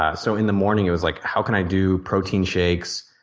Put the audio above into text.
ah so in the morning it was like how can i do protein shakes,